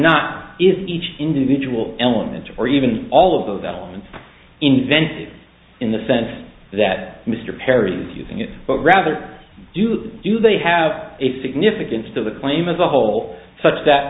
not is each individual elements or even all of those elements invented in the sense that mr perry is using it but rather do they do they have a significance to the claim as a whole such that